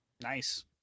nice